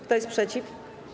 Kto jest przeciw?